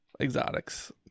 exotics